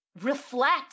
reflect